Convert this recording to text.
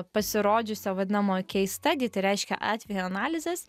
pasirodžiusio vadinamo case study tai reiškia atvejo analizės